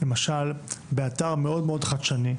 למשל באתר מאוד מאוד חדשני,